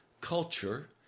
culture